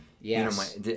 Yes